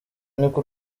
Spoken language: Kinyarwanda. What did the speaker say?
niko